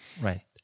Right